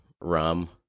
rum